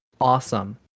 Awesome